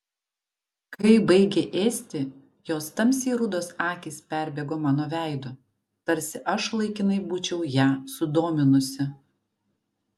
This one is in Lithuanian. kai baigė ėsti jos tamsiai rudos akys perbėgo mano veidu tarsi aš laikinai būčiau ją sudominusi